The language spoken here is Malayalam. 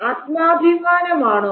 ആത്മാഭിമാനമാണോ